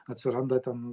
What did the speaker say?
atsiranda ten